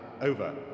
over